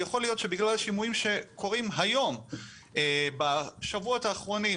יכול להיות שבגלל השימועים שקורים היום בשבועות האחרונים,